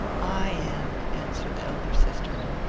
i am, answered the elder sister.